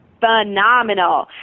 phenomenal